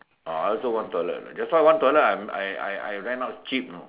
ah I also one toilet like that's why one toilet I I I rent out cheap you know